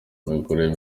imikorere